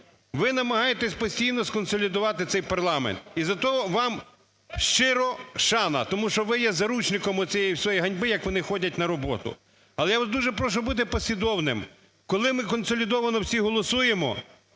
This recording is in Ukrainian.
Ви намагаєтесь постійно сконсолідувати цей парламент. Із-за того вам щира шана, тому що ви є заручником оцієї всієї ганьби, як вони ходять на роботу. Але я вас дуже прошу бути послідовним. Коли ми консолідовано всі голосуємо,